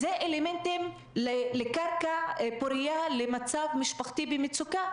אלה אלמנטים לקרקע פוריה למצב משפחתי במצוקה.